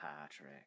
Patrick